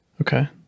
okay